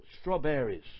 strawberries